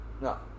No